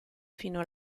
fino